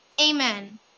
Amen